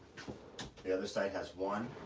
the other side has one,